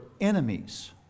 enemies